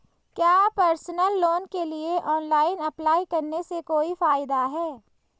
क्या personal loan के लिए ऑनलाइन अप्लाई करने से कोई फायदा है?